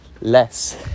less